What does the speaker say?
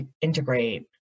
integrate